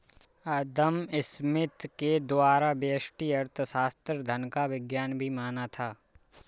अदम Smith के द्वारा व्यष्टि अर्थशास्त्र धन का विज्ञान भी माना था